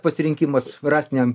pasirinkimas rąstiniam